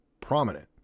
prominent